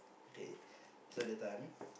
k so that time